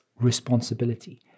responsibility